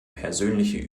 persönliche